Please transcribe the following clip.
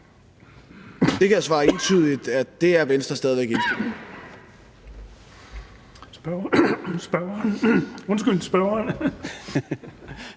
Der kan jeg svare entydigt, at det er Venstre stadig væk indstillet på. Kl. 14:47 Den